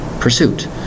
Pursuit